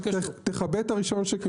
תכבד את הרישיון שקיבלתם.